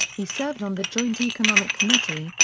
he served on the joint economic committee,